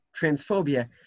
transphobia